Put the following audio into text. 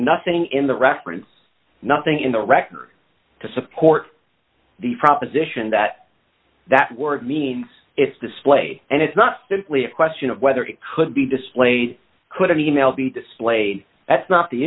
nothing in the reference nothing in the record to support the proposition that that word means it's displayed and it's not simply a question of whether it could be displayed couldn't email be displayed that's not the